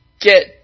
get